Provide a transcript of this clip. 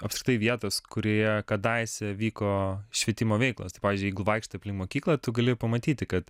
apskritai vietos kurioje kadaise vyko švietimo veiklos tai pavyzdžiui jeigu vaikštai aplink mokyklą tu gali pamatyti kad